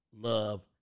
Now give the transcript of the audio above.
love